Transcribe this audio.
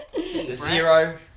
zero